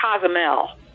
Cozumel